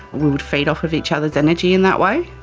we would feed off of each other's energy in that way.